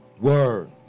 Word